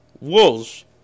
Wolves